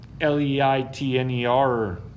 L-E-I-T-N-E-R